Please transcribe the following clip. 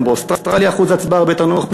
גם באוסטרליה אחוז ההצבעה הרבה יותר נמוך.